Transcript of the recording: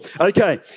Okay